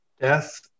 Death